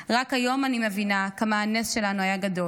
"רק היום אני מבינה כמה הנס שלנו היה גדול.